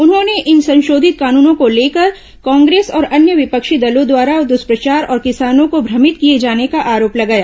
उन्होंने इन संशोधित कानूनों को लेकर कांग्रेस और अन्य विपक्षी दलों द्वारा दूष्प्रचार और किसानों को भ्रमित किए जाने का आरोप लगाया